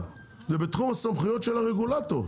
זה בתחום הסמכויות של הרגולטור.